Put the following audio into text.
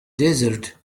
desert